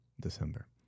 December